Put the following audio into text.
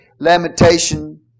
lamentation